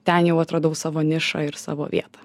ten jau atradau savo nišą ir savo vietą